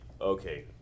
okay